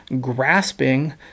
grasping